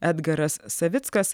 edgaras savickas